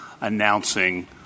announcing